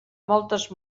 moltes